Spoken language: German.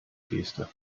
geste